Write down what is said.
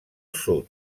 sud